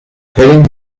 hitting